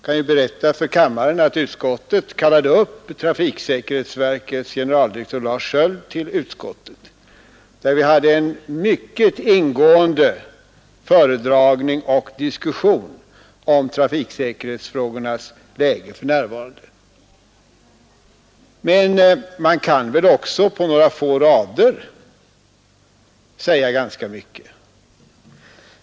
Jag kan tala om för kammaren att utskottet kallade upp trafiksäkerhetsverkets generaldirektör Lars Skiöld till utskottet, och vi hade en mycket ingående föredragning och diskussion om trafiksäkerhetsfrågornas läge för närvarande. Men man kan väl också på några få rader säga ganska mycket.